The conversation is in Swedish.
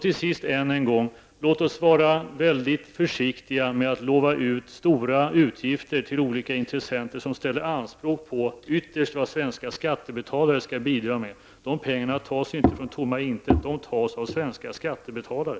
Till sist än en gång: Låt oss vara väldigt försiktiga med att lova ut stora bidrag till olika intressenter som ställer anspråk på vad ytterst de svenska skattebetalarna skall bidra med. De pengarna kan inte tas ur tomma intet -- de tas från svenska skattebetalare.